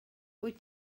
wyt